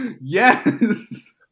Yes